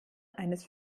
eines